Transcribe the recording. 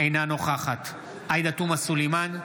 אינה נוכחת עאידה תומא סלימאן,